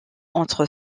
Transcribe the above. entre